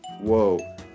Whoa